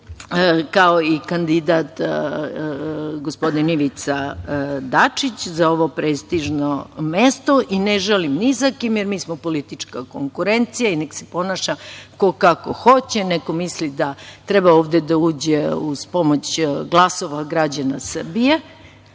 kao i kandidat, gospodin Ivica Dačić, za ovo prestižno mesto i ne žalim ni za kim, jer mi smo politička konkurencija i neka se ponaša ko kako hoće. Neko misli da treba ovde da uđe uz pomoć glasova građana Srbije,